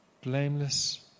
Blameless